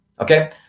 Okay